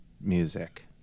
music